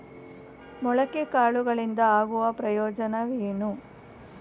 ಮೊಳಕೆ ಕಾಳುಗಳಿಂದ ಆಗುವ ಪ್ರಯೋಜನವೇನು?